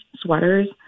sweaters